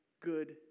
good